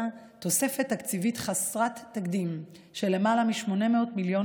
תוספת תקציבית חסרת תקדים של למעלה מ-800 מיליון